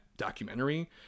Documentary